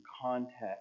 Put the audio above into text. context